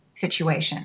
situation